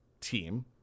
team